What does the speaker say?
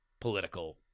political